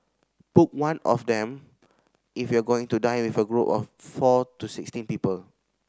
book one of them if you are going to dine with a group of four to sixteen people